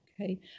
Okay